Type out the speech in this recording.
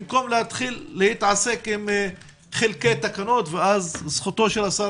במקום להתחיל להתעסק עם חלקי תקנות ואז זכותו של השר